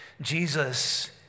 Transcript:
Jesus